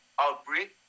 outbreak